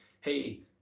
hey